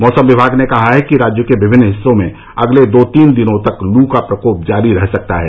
मौसम विभाग ने कहा है कि राज्य के विभिन्न हिस्सों में अगले दो तीन दिनों तक लू का प्रकोप जारी रह सकता है